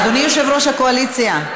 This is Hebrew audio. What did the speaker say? אדוני יושב-ראש הקואליציה,